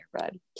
red